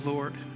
Lord